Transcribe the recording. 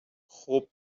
خوب